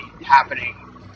happening